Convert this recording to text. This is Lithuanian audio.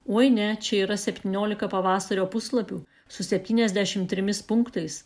oi ne čia yra septyniolika pavasario puslapių su septyniasdešimt trimis punktais